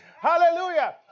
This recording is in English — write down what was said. Hallelujah